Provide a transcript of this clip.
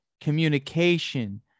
communication